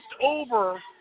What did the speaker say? over